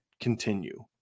continue